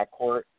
backcourt